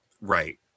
Right